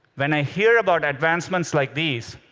when i hear about advancements like these,